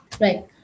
Right